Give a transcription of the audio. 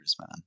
man